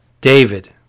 David